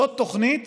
זו תוכנית